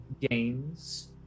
gains